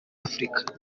africa